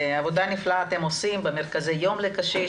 אתם עושים עבודה נפלאה במרכזי היום לקשיש,